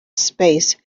space